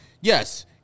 Yes